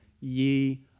ye